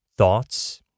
thoughts